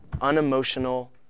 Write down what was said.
unemotional